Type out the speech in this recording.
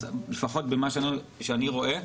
לפחות במה שאני רואה,